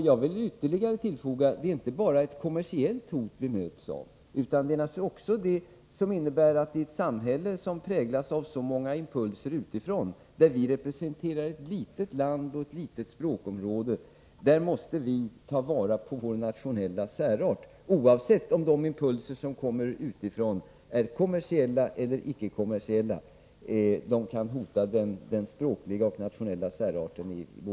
Jag vill ytterligare tillfoga att vi inte bara möts av ett kommersiellt hot. I ett samhälle som präglas av så många impulser utifrån som vårt — och Sverige är ett litet land och representerar ett litet språkområde — måste vi ta vara på vår nationella särart. Både om de impulser som kommer utifrån är kommersiella och om de är icke-kommersiella kan de hota den språkliga och nationella särarten.